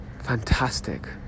fantastic